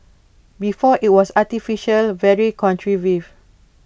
before IT was artificial very contrived